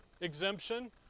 exemption